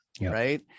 right